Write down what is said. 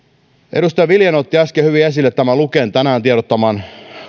edustaja viljanen otti äsken hyvin esille luken tänään tiedottaman asian että